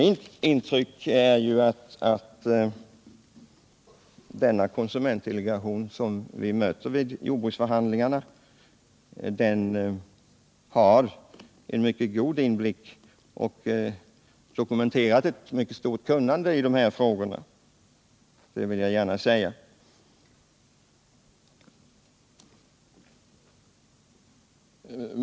Mitt intryck är att denna konsumentdelegation, som vi möter vid jordbruksförhandlingarna, 101 har mycket god inblick i och ett dokumenterat stort kunnande i dessa frågor.